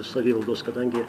savivaldos kadangi